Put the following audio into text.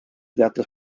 teatas